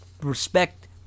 Respect